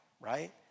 right